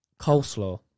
coleslaw